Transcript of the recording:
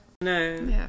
no